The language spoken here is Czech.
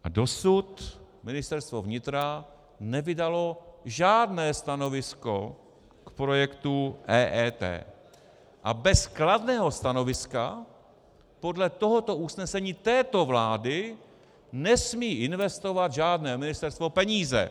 A dosud Ministerstvo vnitra nevydalo žádné stanovisko k projektu EET a bez kladného stanoviska podle tohoto usnesení této vlády nesmí investovat žádné ministerstvo peníze.